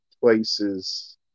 places